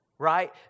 Right